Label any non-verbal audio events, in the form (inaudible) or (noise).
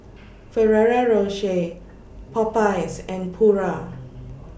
(noise) Ferrero Rocher Popeyes and Pura